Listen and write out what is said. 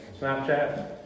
Snapchat